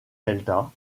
delta